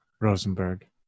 Rosenberg